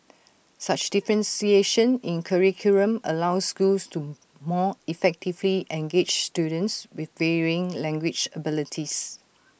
such differentiation in curriculum allows schools to more effectively engage students with varying language abilities